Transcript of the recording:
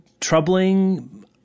troubling